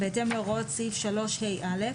בהתאם להוראות סעיף 3ה(א).